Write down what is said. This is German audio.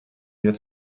wir